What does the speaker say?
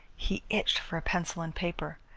he itched for a pencil and paper.